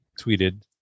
tweeted